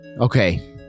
Okay